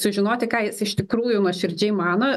sužinoti ką jis iš tikrųjų nuoširdžiai mano